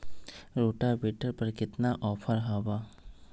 Rotavator पर केतना offer हव?